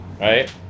right